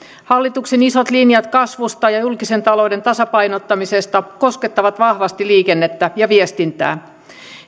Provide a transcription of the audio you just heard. hallituksen isot linjat kasvusta ja julkisen talouden tasapainottamisesta koskettavat vahvasti liikennettä ja viestintää